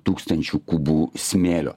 tūkstančių kubų smėlio